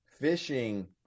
fishing